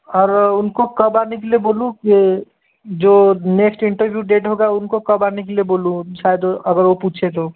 और उन को कब आने के लिए बोलूँ ये जो नेक्स्ट इंटरव्यू डेट होगा उनको कब आने के लिए बोलूँ शायद अगर वो पूछें तो